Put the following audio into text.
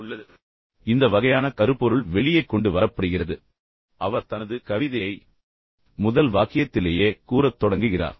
எனவே இந்த வகையான கருப்பொருள் வெளியே கொண்டு வரப்படுகிறது எனவே அவர் தனது கவிதையை முதல் வாக்கியத்திலேயே கூறத் தொடங்குகிறார்